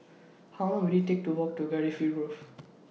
How Long Will IT Take to Walk to Cardifi Grove